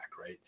Right